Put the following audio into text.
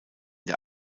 der